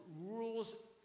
rules